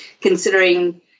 considering